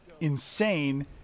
insane